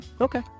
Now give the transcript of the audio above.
Okay